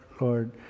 Lord